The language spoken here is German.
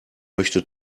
möchte